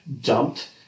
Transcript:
dumped